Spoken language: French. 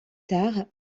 tard